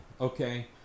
Okay